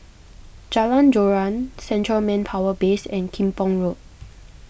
Jalan Joran Central Manpower Base and Kim Pong Road